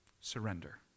Surrender